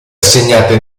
assegnate